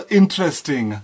interesting